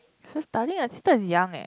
her studying her sister is young leh